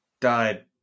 died